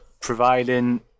Providing